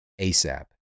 ASAP